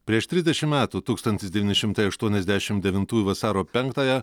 prieš trisdešimt metų tūkstantis devyni šimtai aštuoniasdešimt devintųjų vasario penktąją